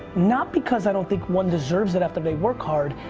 not because i don't think one deserves it after they work hard,